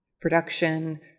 production